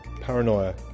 paranoia